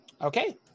Okay